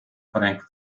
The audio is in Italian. frank